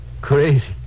Crazy